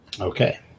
Okay